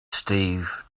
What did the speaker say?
steve